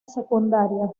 secundaria